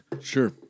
Sure